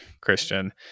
Christian